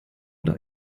oder